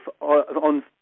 on